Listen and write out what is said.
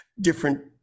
different